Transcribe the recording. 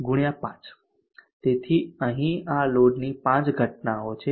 તેથી અહીં આ લોડની 5 ઘટનાઓ છે